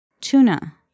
Tuna